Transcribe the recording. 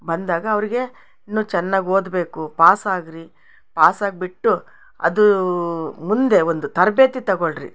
ಬಂದಾಗ ಅವರಿಗೆ ಇನ್ನುೂ ಚೆನ್ನಾಗಿ ಓದಬೇಕು ಪಾಸಾಗಿರಿ ಪಾಸಾಗ್ಬಿಟ್ಟು ಅದು ಮುಂದೆ ಒಂದು ತರಬೇತಿ ತಗೊಳಿರಿ